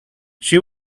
she